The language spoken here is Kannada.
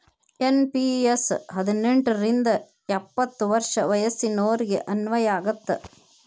ಎನ್.ಪಿ.ಎಸ್ ಹದಿನೆಂಟ್ ರಿಂದ ಎಪ್ಪತ್ ವರ್ಷ ವಯಸ್ಸಿನೋರಿಗೆ ಅನ್ವಯ ಆಗತ್ತ